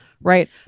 Right